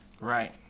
Right